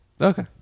okay